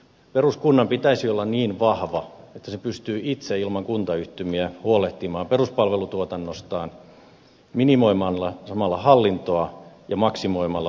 peruskunnan pitäisi olla niin vahva että se pystyy itse ilman kuntayhtymiä huolehtimaan peruspalvelutuotannostaan minimoimalla samalla hallintoa ja maksimoimalla lähipalveluiden määrää